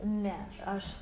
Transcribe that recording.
ne aš